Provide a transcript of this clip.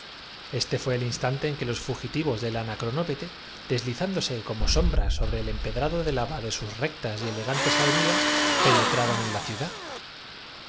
este fué el instante en que los fugitivos del anacrotancias asintió á los clamores de la plebe pero como nópete deslizándose como sombras sobre el empe la debilidad de parte de la fuerza es la señal del abuso drado de lava de sus rectas y elegantes avenidas pe en el oprimido netraron en la ciudad